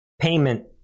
payment